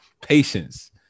patience